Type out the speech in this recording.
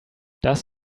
does